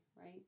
right